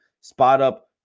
spot-up